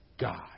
God